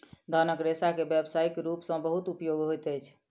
धानक रेशा के व्यावसायिक रूप सॅ बहुत उपयोग होइत अछि